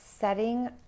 setting